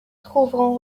trouveront